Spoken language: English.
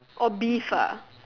oh beef ah